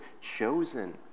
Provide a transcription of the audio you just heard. chosen